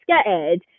scared